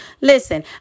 Listen